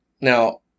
Now